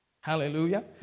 Hallelujah